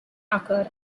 occur